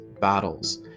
battles